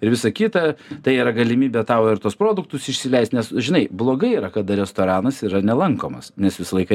ir visa kita tai yra galimybė tau ir tuos produktus išsileist nes žinai blogai yra kada restoranas yra nelankomas nes visą laiką